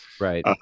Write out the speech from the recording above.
Right